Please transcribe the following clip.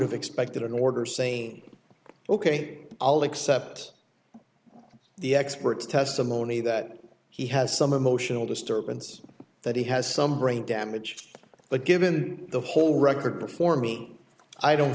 have expected an order saying ok all except the expert testimony that he has some emotional disturbance that he has some brain damage but given the whole record performing i don't